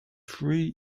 three